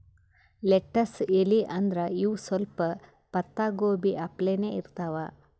lettuce ಎಲಿ ಅಂದ್ರ ಇವ್ ಸ್ವಲ್ಪ್ ಪತ್ತಾಗೋಬಿ ಅಪ್ಲೆನೇ ಇರ್ತವ್